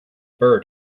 bird